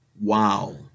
Wow